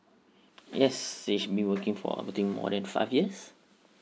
yes she should be working for working more than five years